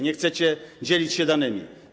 Nie chcecie dzielić się danymi.